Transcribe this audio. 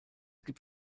gibt